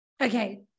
okay